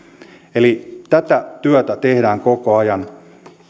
tätä työtä tehdään koko ajan